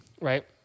right